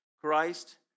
Christ